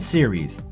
Series